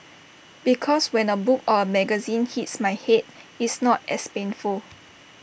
because when A book or A magazine hits my Head it's not as painful